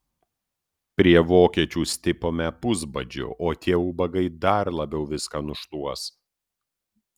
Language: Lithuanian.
prie vokiečių stipome pusbadžiu o tie ubagai dar labiau viską nušluos